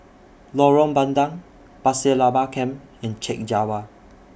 Lorong Bandang Pasir Laba Camp and Chek Jawa